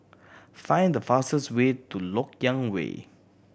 find the fastest way to Lok Yang Way